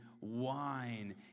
wine